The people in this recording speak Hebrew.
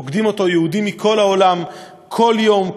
שפוקדים אותו יהודים מכל העולם כל יום,